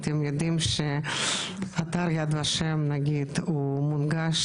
אתם יודעים שאתר יד ושם הוא מונגש,